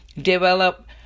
develop